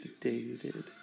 sedated